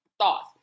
thoughts